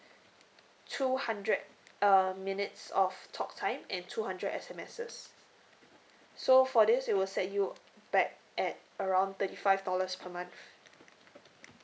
two hundred uh minutes of talktime and two hundred S_M_S so for this it will set you back at around thirty five dollars per month